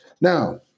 Now